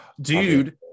Dude